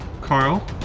Carl